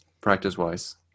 practice-wise